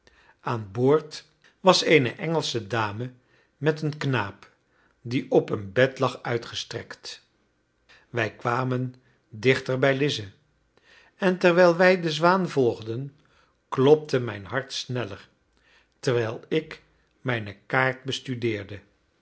aan boord was eene engelsche dame met een knaap die op een bed lag uitgestrekt wij kwamen dichter bij lize en terwijl wij de zwaan volgden klopte mijn hart sneller terwijl ik mijne kaart bestudeerende